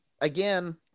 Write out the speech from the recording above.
again